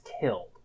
killed